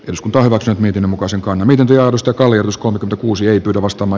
jos kaavassa miten muka sen konventio mustakallio uskoo uusien arvostama